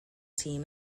team